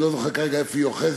אני לא זוכר כרגע איפה היא אוחזת,